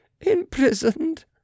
Imprisoned